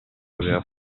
aveva